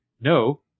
No